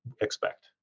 expect